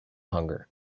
hunger